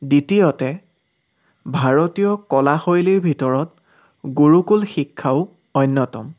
দ্বিতীয়তে ভাৰতীয় কলাশৈলীৰ ভিতৰত গুৰুকুল শিক্ষাও অন্যতম